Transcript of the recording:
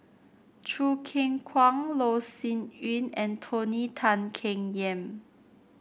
Choo Keng Kwang Loh Sin Yun and Tony Tan Keng Yam